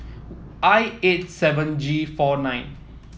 I eight seven G four nine